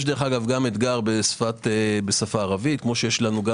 יש גם אתגר בשפה הערבית כפי שיש לנו גם